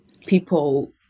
people